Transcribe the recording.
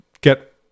get